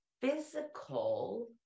physical